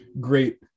great